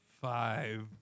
five